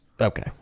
Okay